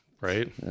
Right